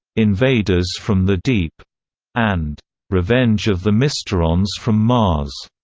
invaders from the deep and revenge of the mysterons from mars,